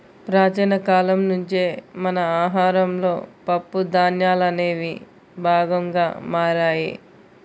ప్రాచీన కాలం నుంచే మన ఆహారంలో పప్పు ధాన్యాలనేవి భాగంగా మారాయి